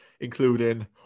including